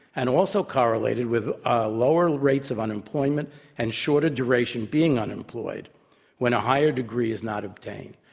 and also correlated with ah lower rates of unemployment and shorter duration being unemployed when a higher degree is not obtained.